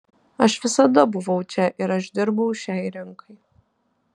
aš visada buvau čia ir aš dirbau šiai rinkai